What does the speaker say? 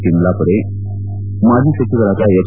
ತಿಮ್ಲಾಪುರೆ ಮಾಜಿ ಸಚಿವರಾದ ಎಚ್